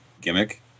gimmick